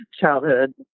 childhood